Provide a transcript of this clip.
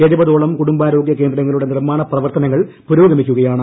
എഴുപതോളം കുടുംബാരോഗ്യകേന്ദ്രങ്ങളുടെ നിർമ്മാണ പ്രവർത്തനങ്ങൾ പുരോഗമിക്കുകയാണ്